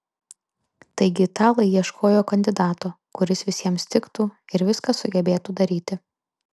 taigi italai ieškojo kandidato kuris visiems tiktų ir viską sugebėtų daryti